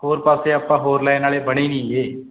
ਹੋਰ ਪਾਸੇ ਆਪਾਂ ਹੋਰ ਲੈਣ ਵਾਲੇ ਬਣੇ ਨੀਗੇ